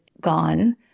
gone